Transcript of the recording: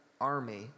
army